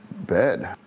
bed